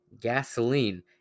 gasoline